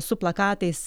su plakatais